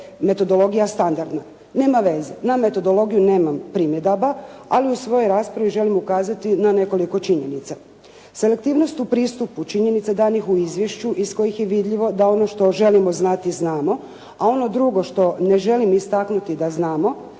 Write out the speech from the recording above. metodologija standardna. Nema veze. Na metodologiju nemam primjedaba, ali u svojoj raspravi želim ukazati na nekoliko činjenica. Selektivnost u pristupu činjenica danih u izvješću iz kojih je vidljivo da ono što želimo znati znamo, a ono drugo što ne želim istaknuti da znamo